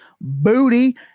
Booty